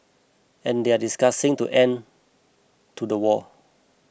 and they are discussing to end to the war